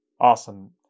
Awesome